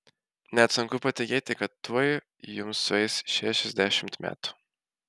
net sunku patikėti kad tuoj jums sueis šešiasdešimt metų